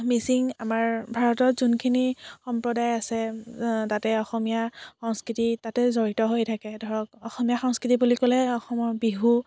মিচিং আমাৰ ভাৰতত যোনখিনি সম্প্ৰদায় আছে তাতে অসমীয়া সংস্কৃতি তাতে জড়িত হৈ থাকে ধৰক অসমীয়া সংস্কৃতি বুলি ক'লে অসমৰ বিহু